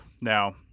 Now